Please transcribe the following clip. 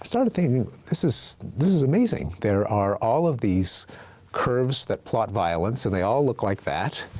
started thinking, this is this is amazing. there are all of these curves that plot violence, and they all look like that,